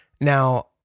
Now